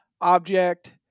object